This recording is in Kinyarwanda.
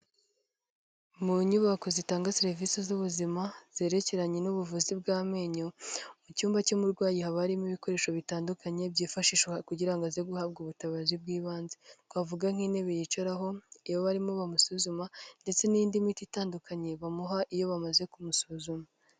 Mu nyubako zitanga serivisi z'ubuzima, zerekeranye n'ubuvuzi bw'amenyo, mu cyumba cy'umurwayi haba harimo ibikoresho bitandukanye, byifashishwa kugira ngo aze guhabwa ubutabazi bw'ibanze, twavuga nk'intebe yicaraho iyo barimo bamusuzuma, ndetse n'indi miti itandukanye bamuha iyo bamaze kumusuzuma.